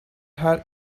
her